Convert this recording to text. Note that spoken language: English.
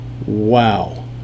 Wow